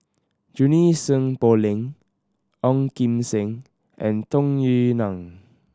Junie Sng Poh Leng Ong Kim Seng and Tung Yue Nang